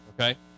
okay